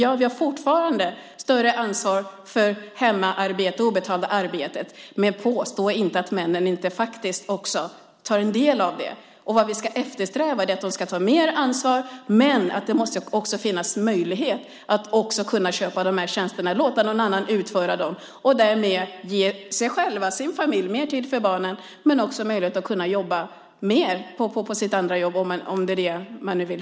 Kvinnorna har alltså fortfarande ett större ansvar för det obetalda hemarbetet, men påstå inte att männen inte deltar i det! Vi ska eftersträva att de tar mer ansvar, men det måste också finnas möjlighet att köpa tjänster och låta någon annan utföra arbetet. Därmed kan man få mer tid för familj och barn men också möjlighet att jobba mer om det nu är det man vill.